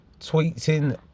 Tweeting